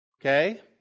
Okay